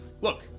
look